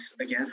again